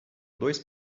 dois